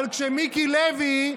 אבל כשמיקי לוי,